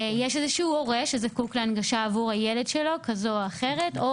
יש איזשהו הורה שזקוק להנגשה כזו או אחרת עבור הילד